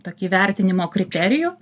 tokį vertinimo kriterijų